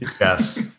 Yes